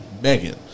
Megan